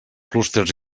clústers